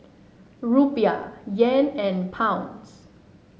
Rupiah Yen and Pound